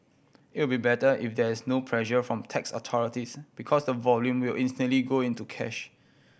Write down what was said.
it will be better if there is no pressure from tax authorities because the volume will instantly go into cash